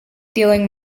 dealing